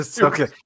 Okay